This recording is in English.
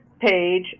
page